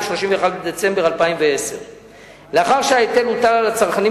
31 בדצמבר 2010. לאחר שההיטל הוטל על הצרכנים